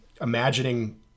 imagining